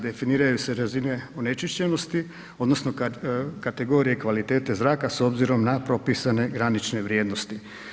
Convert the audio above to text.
Definiraju se razine onečišćenosti, odnosno kategorije kvalitete zraka s obzirom na propisane granične vrijednosti.